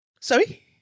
sorry